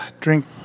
Drink